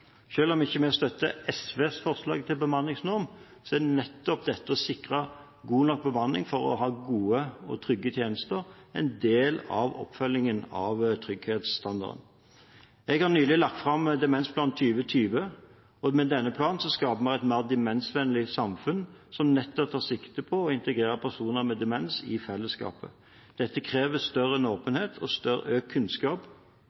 om vi ikke støtter SVs forslag til bemanningsnorm, er nettopp det å sikre god nok bemanning for å ha gode, trygge tjenester en del av oppfølgingen av trygghetsstandarden. Jeg har nylig lagt fram demensplan 2020, og med denne planen skaper vi et mer demensvennlig samfunn som nettopp tar sikte på å integrere personer med demens i fellesskapet. Dette krever større åpenhet og økt kunnskap